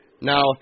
Now